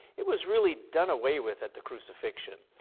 it was really done away with at the crucifixion.